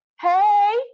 Hey